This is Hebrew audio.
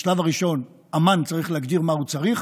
בשלב הראשון אמ"ן צריך להגדיר מה הוא צריך.